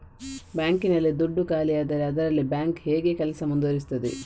Bank ನಲ್ಲಿ ದುಡ್ಡು ಖಾಲಿಯಾದರೆ ಅದರಲ್ಲಿ ಬ್ಯಾಂಕ್ ಹೇಗೆ ಕೆಲಸ ಮುಂದುವರಿಸುತ್ತದೆ?